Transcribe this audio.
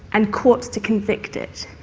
and courts to convict it.